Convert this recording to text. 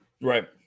Right